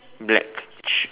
black shoe